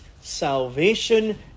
salvation